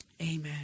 amen